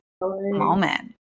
moment